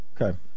Okay